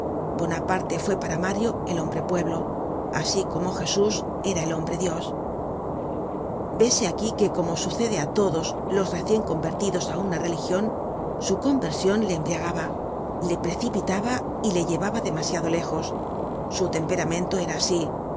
revolucion bonaparte fue para mario el hombre pueblo asi como jesus era el hombre-dios vése aquí que como sucede á todos los recien convertidos á una religion su conversion le embriagaba le precipitaba y le llevaba demasiado lejos su temperamento era asi